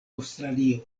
aŭstralio